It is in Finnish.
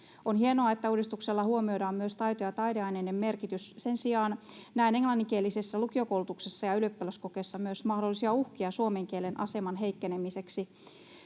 On hienoa, että uudistuksella huomioidaan myös taito- ja taideaineiden merkitys. Sen sijaan näen englanninkielisessä lukiokoulutuksessa ja ylioppilaskokeessa myös mahdollisia uhkia suomen kielen aseman heikkenemisestä.